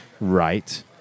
right